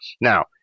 Now